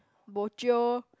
bo jio